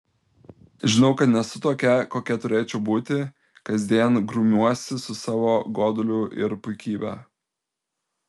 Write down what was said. žinau kad nesu tokia kokia turėčiau būti kasdien grumiuosi su savo goduliu ir puikybe